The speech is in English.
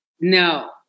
No